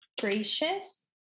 gracious